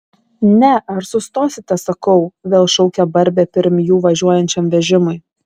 ne ar sustosite sakau vėl šaukia barbė pirm jų važiuojančiam vežimui